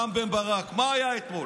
רם בן ברק, מה היה אתמול.